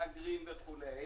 מהגרים וכולי.